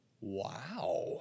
Wow